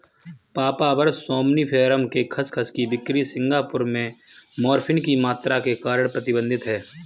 papaver somniferum के खसखस की बिक्री सिंगापुर में मॉर्फिन की मात्रा के कारण प्रतिबंधित है